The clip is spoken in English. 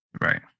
Right